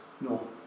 No